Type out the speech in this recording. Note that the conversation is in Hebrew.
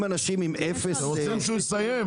אם אנשים עם אפס --- אתם רוצים שהוא יסיים?